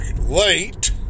late